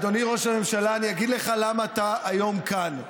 אדוני ראש הממשלה, אני אגיד לך למה אתה היום כאן.